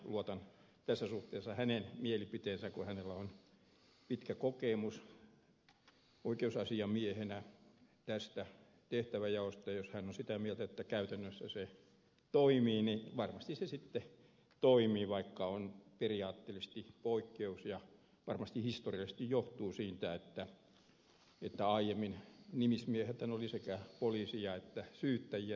södermanin edellä lausumaan mielipiteeseen kun hänellä on pitkä kokemus oikeusasiamiehenä tästä tehtävänjaosta että jos hän on sitä mieltä että käytännössä se toimii niin varmasti se sitten toimii vaikka on periaatteellisesti poikkeuksia ja varmasti tämä historiallisesti johtuu siitä että aiemmin nimismiehet olivat sekä poliiseja että syyttäjiä